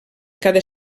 cada